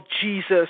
Jesus